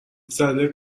زده